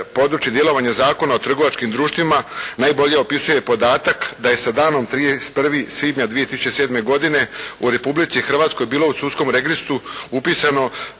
područje djelovanja Zakona o trgovačkim društvima najbolje opisuje podatak da je sa danom 31. svibnja 2007. godine u Republici Hrvatskoj bilo u sudskom registru upisano